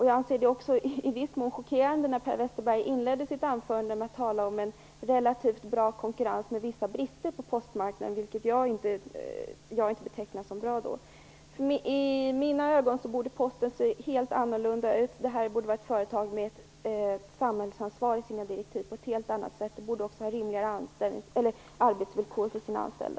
Jag anser det också i viss mån chockerande när Per Westerberg inledde sitt anförande med att tala om en relativt bra konkurrens med vissa brister på postmarknaden. Jag betecknar inte det som bra. I mina ögon borde Posten se helt annorlunda ut. Det borde vara ett företag med ett samhällsansvar i sina direktiv på ett helt annat sätt. Det borde också har rimligare arbetsvillkor för sina anställda.